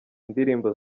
indirimbo